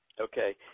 Okay